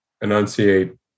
enunciate